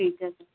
ਠੀਕ ਹੈ ਸਰ